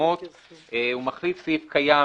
פרסומות ומחליף סעיף קיים